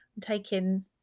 taking